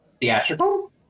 Theatrical